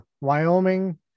wyoming